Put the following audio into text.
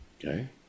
Okay